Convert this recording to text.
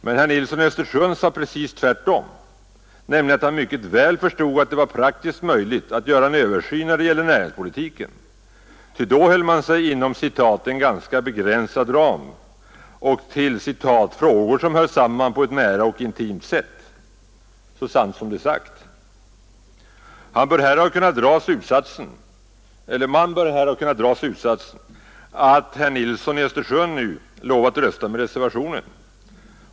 Men herr Nilsson i Östersund sade precis tvärtom, nämligen att han mycket väl förstod att det var praktiskt möjligt att göra en översyn när det gällde näringspolitiken, ty då höll man sig ”inom en ganska begränsad ram” — och till ”frågor som hör samman på ett nära och intimt sätt”. Det är så sant som det är sagt. Man bör härav kunna dra slutsatsen, att herr Nilsson i Östersund nu lovat rösta med reservationen.